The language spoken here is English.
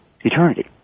eternity